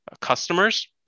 customers